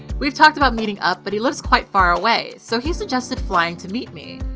we've talked about meeting up, but he lives quite far away, so he suggested flying to meet me.